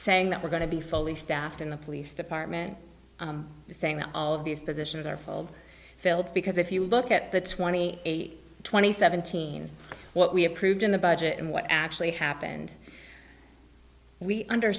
saying that we're going to be fully staffed and the police department is saying that all of these positions are all failed because if you look at the twenty eight twenty seventeen what we approved in the budget and what actually happened we under